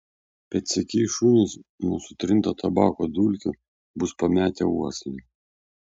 pėdsekiai šunys nuo sutrinto tabako dulkių bus pametę uoslę